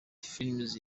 films